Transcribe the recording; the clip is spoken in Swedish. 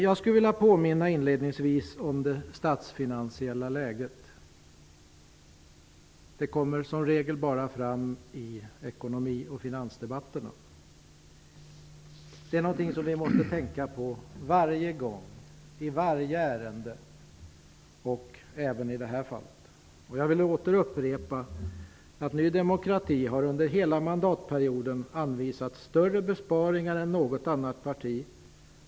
Jag vill inledningsvis påminna om det statsfinansiella läget, vilket som regel bara kommer fram i ekonomi och finansdebatterna. Det är något som vi måste tänka på varje gång, i varje ärende, och även i detta fall. Jag vill åter upprepa att Ny demokrati under hela mandatperioden har anvisat större besparingar än något annat parti.